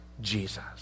Jesus